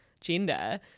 gender